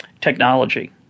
technology